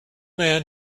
man